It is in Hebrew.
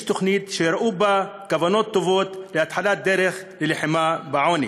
תוכנית שיראו בה כוונות טובות של התחלת דרך ללחימה בעוני